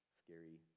scary